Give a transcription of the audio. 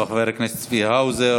אחריו, חברי הכנסת צבי האוזר